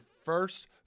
first